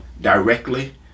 directly